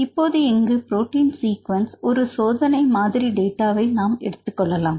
இப்போது இங்கு protein sequence ஒரு சோதனைமாதிரி டேட்டாவை நாம் எடுத்துக்கொள்ளலாம்